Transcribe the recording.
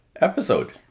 episode